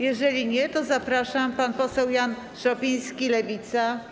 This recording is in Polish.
Jeżeli nie, to zapraszam pana posła Jana Szopińskiego, Lewica.